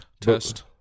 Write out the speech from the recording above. test